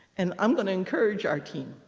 and i'm going to encourage our team.